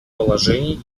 положений